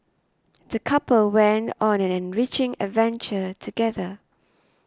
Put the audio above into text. the couple went on an enriching adventure together